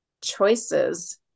choices